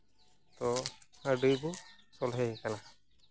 ᱛᱚ ᱟᱹᱰᱤᱵᱚ ᱥᱚᱞᱦᱮ ᱠᱟᱱᱟ